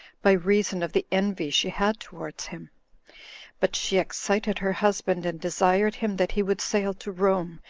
by reason of the envy she had towards him but she excited her husband, and desired him that he would sail to rome,